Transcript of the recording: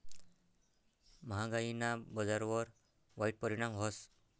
म्हागायीना बजारवर वाईट परिणाम व्हस